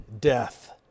death